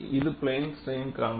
இது பிளேன் ஸ்ட்ரைன்கானது